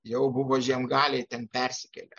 jau buvo žiemgaliai ten persikėlę